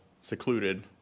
secluded